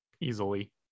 easily